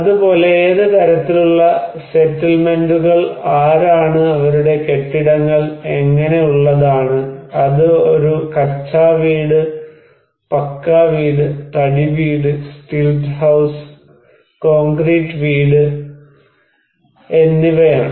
അതുപോലെ ഏത് തരത്തിലുള്ള സെറ്റിൽമെന്റുകൾ ആരാണ് അവരുടെ കെട്ടിടങ്ങൾ എങ്ങനെ ഉള്ളതാണ് അത് ഒരു കച്ച വീട് പക്കാ വീട് തടി വീട് സ്റ്റിൽറ്റ് ഹൌസ് കോൺക്രീറ്റ് വീട് kutcha house pucca house wooden house stilt house concrete house എന്നിവയാണ്